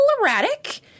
erratic